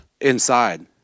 inside